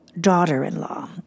daughter-in-law